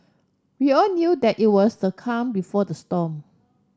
we all knew that it was the calm before the storm